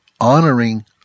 honoring